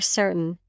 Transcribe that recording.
certain